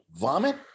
vomit